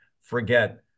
forget